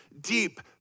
deep